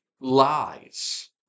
lies